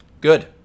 Good